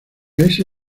ese